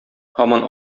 һаман